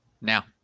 now